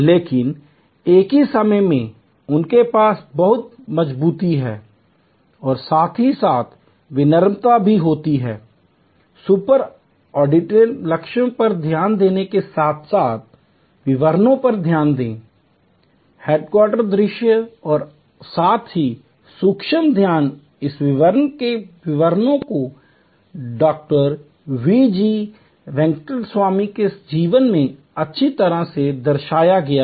लेकिन एक ही समय में उनके पास बहुत मजबूती है और साथ ही साथ विनम्रता भी होगी सुपर ऑर्डिनेट लक्ष्यों पर ध्यान देने के साथ साथ विवरणों पर ध्यान दें हेलीकॉप्टर दृश्य और साथ ही सूक्ष्म ध्यान इस विवरण के विवरणों को डॉ वीजी वेंकटस्वामी के जीवन में अच्छी तरह से दर्शाया गया है